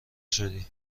شدی